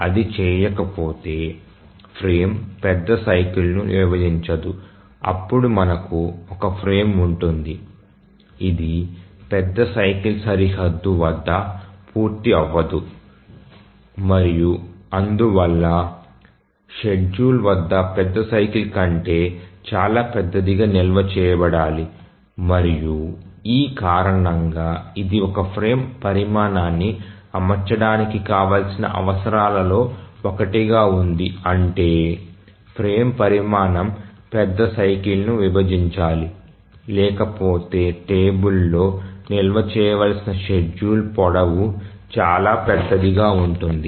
అది చేయకపోతే ఫ్రేమ్ పెద్ద సైకిల్ ను విభజించదు అప్పుడు మనకు ఒక ఫ్రేమ్ ఉంటుంది ఇది పెద్ద సైకిల్ సరిహద్దు వద్ద పూర్తి అవ్వదు మరియు అందువల్ల షెడ్యూల్ పెద్ద సైకిల్ కంటే చాలా పెద్దదిగా నిల్వ చేయబడాలి మరియు ఈ కారణంగా ఇది ఒక ఫ్రేమ్ పరిమాణాన్ని అమర్చడానికి కావాల్సిన అవసరాలలో ఒకటిగా ఉంది అంటే ఫ్రేమ్ పరిమాణం పెద్ద సైకిల్ ను విభజించాలి లేకపోతే టేబుల్లో నిల్వ చేయవలసిన షెడ్యూల్ పొడవు చాలా పెద్దదిగా ఉంటుంది